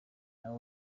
nayo